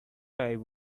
dive